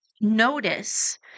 notice